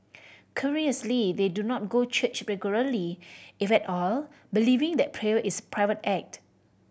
curiously they do not go church regularly if at all believing that prayer is a private act